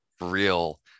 real